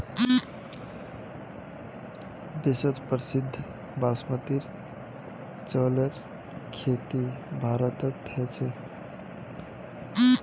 विश्व प्रसिद्ध बासमतीर चावलेर खेती भारतत ह छेक